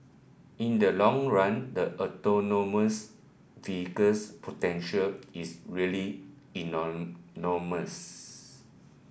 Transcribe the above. in the long run the autonomous vehicles potential is really enormous